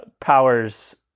powers